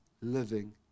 living